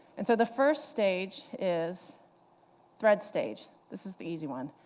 and so the first stage is thread stage. this is the easy one,